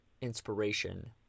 inspiration